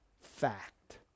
fact